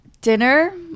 dinner